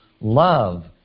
love